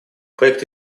проект